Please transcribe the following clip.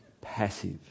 passive